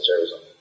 Arizona